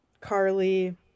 Carly